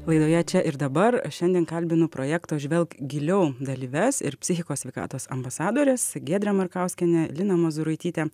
laidoje čia ir dabar šiandien kalbinu projekto žvelk giliau dalyves ir psichikos sveikatos ambasadores giedrę markauskienę liną mozūraitytę